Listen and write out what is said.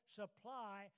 supply